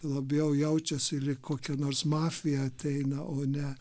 labiau jaučiasi lyg kokia nors mafija ateina o ne